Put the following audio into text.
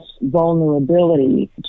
vulnerability